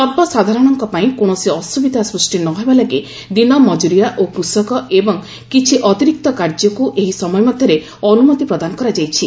ସର୍ବସାଧାରଣଙ୍କ ପାଇଁ କୌଣସି ଅସୁବିଧା ସୃଷ୍ଟି ନ ହେବା ଲାଗି ଦିନମଜୁରିଆ ଓ କୃଷକ ଏବଂ କିଛି ଅତିରିକ୍ତ କାର୍ଯ୍ୟକୁ ଏହି ସମୟ ମଧ୍ୟରେ ଅନୁମତି ପ୍ରଦାନ କରାଯାଇଛି